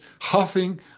huffing